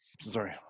Sorry